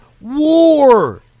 war